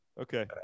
Okay